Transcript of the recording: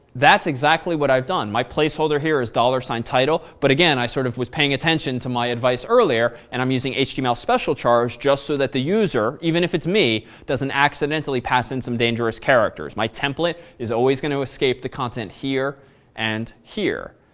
that's exactly what i've done. my placeholder here is and title but again, i sort of was paying attention to my advice earlier and i'm using htmlspecialchars just so that the user even if it's me doesn't accidentally pass in some dangerous characters. my template is always going to escape the content here and here.